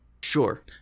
sure